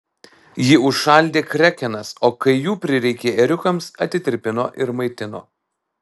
ji užšaldė krekenas o kai jų prireikė ėriukams atitirpino ir maitino